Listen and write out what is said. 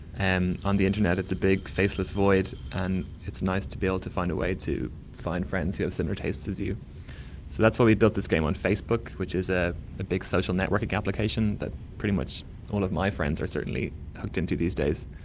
and on the internet. it's a big faceless void and it's nice to be able to find a way to find friends who have similar tastes as you. so that's why we built this game on facebook which is ah a big social networking application that pretty much all of my friends are certainly hooked onto these days.